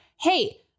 hey